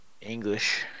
English